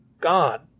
God